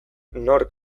nork